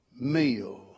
Meal